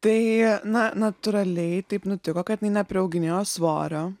tai na natūraliai taip nutiko kad nu nepriauginėjo svorio